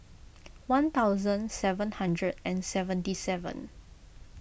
one thousand seven hundred and seventy seven